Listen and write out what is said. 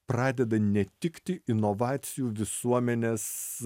pradeda netikti inovacijų visuomenės